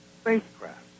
spacecraft